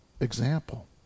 example